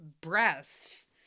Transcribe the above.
breasts